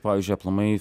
pavyzdžiui aplamai